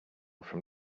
from